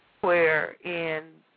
wherein